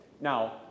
Now